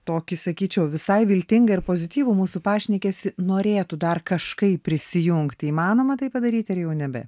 tokį sakyčiau visai viltingą ir pozityvų mūsų pašnekesį norėtų dar kažkaip prisijungti įmanoma tai padaryti ar jau nebe